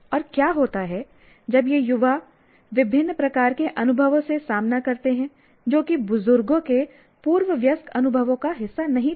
और क्या होता है जब युवा विभिन्न प्रकार के अनुभवों से सामना करते हैं जो कि बुजुर्गों के पूर्व वयस्क अनुभवों का हिस्सा नहीं थे